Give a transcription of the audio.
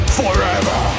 forever